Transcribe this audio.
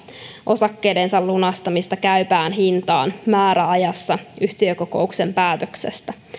osakkeidensa lunastamista käypään hintaan määräajassa yhtiökokouksen päätöksestä